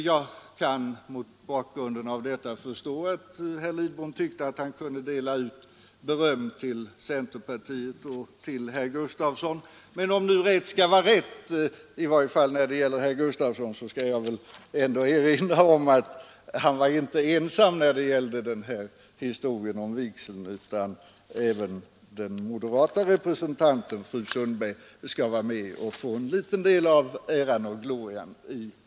Mot denna bakgrund kan jag förstå att herr Lidbom delade ut beröm till centerpartiet och till herr Gustafsson i Stenkyrka. Men om nu rätt skall vara rätt, så vill jag erinra om att han inte var ensam i sitt ställningstagande till vigseln, även den moderata representanten, fru Sundberg, skall ha en del av äran och glorian.